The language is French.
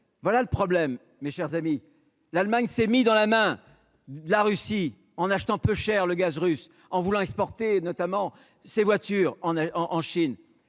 voilà le problème, mes chers amis, l'Allemagne s'est mis dans la main de la Russie en achetant peu cher le gaz russe en voulant exporter notamment ses voitures en en